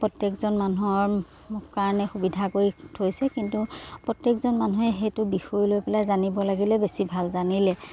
প্ৰত্যেকজন মানুহৰ কাৰণে সুবিধা কৰি থৈছে কিন্তু প্ৰত্যেকজন মানুহে সেইটো বিষয় লৈ পেলাই জানিব লাগিলে বেছি ভাল জানিলে